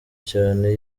cyane